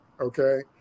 okay